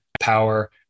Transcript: power